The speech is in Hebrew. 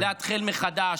מדינת ישראל צריכה לאתחל מחדש.